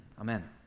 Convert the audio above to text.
Amen